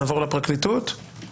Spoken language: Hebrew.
אל קעידה.